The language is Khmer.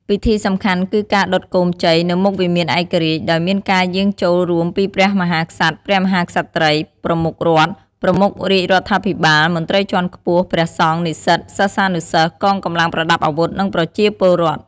ពិធីសំខាន់គឺការដុត គោមជ័យ នៅមុខវិមានឯករាជ្យ ដោយមានការយាងចូលរួមពីព្រះមហាក្សត្រ ព្រះមហាក្សត្រី ប្រមុខរដ្ឋ ប្រមុខរាជរដ្ឋាភិបាល មន្ត្រីជាន់ខ្ពស់ ព្រះសង្ឃ និស្សិត សិស្សានុសិស្ស កងកម្លាំងប្រដាប់អាវុធ និងប្រជាពលរដ្ឋ។